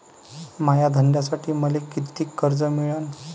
माया धंद्यासाठी मले कितीक कर्ज मिळनं?